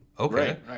Okay